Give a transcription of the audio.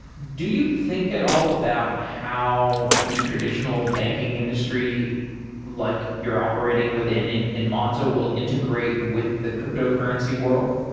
do you think at all about how the traditional banking industry like you're operating within in in monzo will integrate with the crytocurrency world?